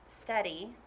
study